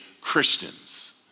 Christians